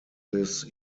this